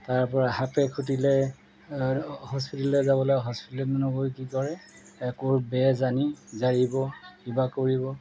তাৰপৰা সাপে খুঁটিলে হস্পিতেললৈ যাব লাগে হস্পিতেললৈ নগৈ কি কৰে ক'ৰ বেজ আনি জাৰিব কিবা কৰিব